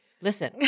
Listen